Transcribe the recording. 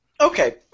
Okay